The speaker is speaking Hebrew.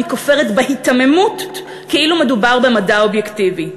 אני כופרת בהיתממות כאילו מדובר במדע אובייקטיבי.